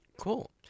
Cool